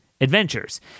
adventures